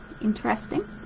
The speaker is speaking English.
interesting